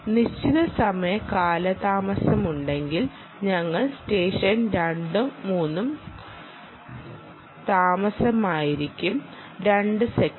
നിശ്ചിത സമയ കാലതാമസമുണ്ടെങ്കിൽ ഞങ്ങൾ സ്റ്റെഷൻ 2ഉം 3 ഉം താമസമായിരിക്കും 2 സെക്കൻഡ്